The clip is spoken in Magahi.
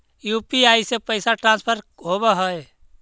यु.पी.आई से पैसा ट्रांसफर होवहै?